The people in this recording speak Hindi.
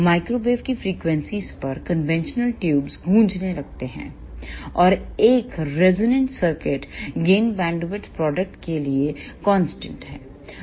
माइक्रोवेव की फ्रीक्वेंसीयों पर कन्वेंशनल ट्यूबगूंजने लगते हैं और एक रिजोनेंट सर्किट गेन बैंडविड्थ प्रोडक्टके लिए कांस्टेंट है